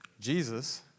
Jesus